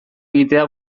egitea